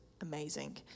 amazing